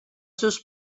seus